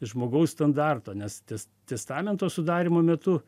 žmogaus standartą nes tes testamento sudarymo metu